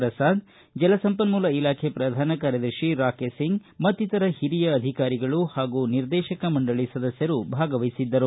ಪ್ರಸಾದ್ ಜಲ ಸಂಪನ್ನೂಲ ಇಲಾಖೆ ಪ್ರಧಾನ ಕಾರ್ಯದರ್ಶಿ ರಾಕೇಶ್ ಸಿಂಗ್ ಮತ್ತಿತರ ಹಿರಿಯ ಅಧಿಕಾರಿಗಳು ಹಾಗೂ ನಿರ್ದೇಶಕ ಮಂಡಳಿ ಸದಸ್ಟರು ಭಾಗವಹಿಸಿದ್ದರು